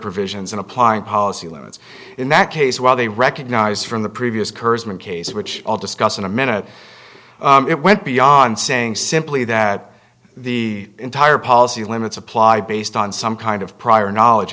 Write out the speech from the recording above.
provisions and applying policy limits in that case while they recognize from the previous kurzman case which i'll discuss in a minute it went beyond saying simply that the entire policy limits apply based on some kind of prior knowledge